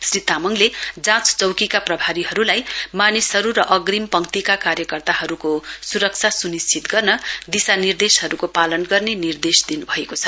श्री तामङले जाँच चौकीका प्रभारीहरुलाई मानिसहरु र अग्रिम पंक्तिका कार्यकर्ताहरुको सुरक्षा सुनिश्चित गर्न दिशा निर्देशहरुको पालन गर्ने निर्देश दिनुभएको छ